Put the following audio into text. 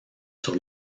sur